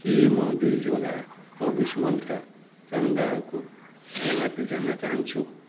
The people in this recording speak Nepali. के म दुई झोला चौबिस मन्त्रा चना दालको एमआरपी जान्न चाहन्छु